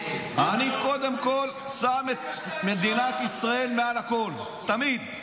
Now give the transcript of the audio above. אני קודם כול שם את מדינת ישראל מעל הכול, תמיד.